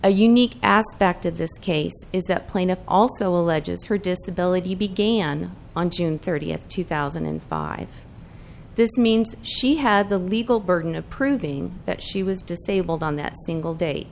a unique aspect of this case is that plaintiff also alleges her disability began on june thirtieth two thousand and five this means she had the legal burden of proving that she was disabled on that single da